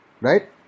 right